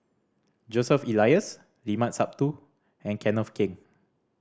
Joseph Elias Limat Sabtu and Kenneth Keng